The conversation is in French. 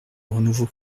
renouveau